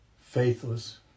faithless